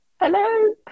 Hello